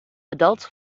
adults